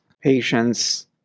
patients